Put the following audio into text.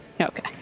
Okay